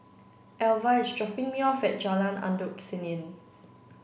Alva is dropping me off at Jalan Endut Senin